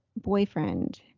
boyfriend